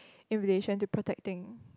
in relation to protecting